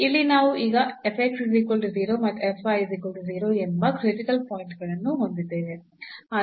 ಇಲ್ಲಿ ನಾವು ಈಗ ಮತ್ತು ಎಂಬ ಕ್ರಿಟಿಕಲ್ ಪಾಯಿಂಟ್ ಗಳನ್ನು ಹೊಂದಿದ್ದೇವೆ